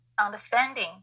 understanding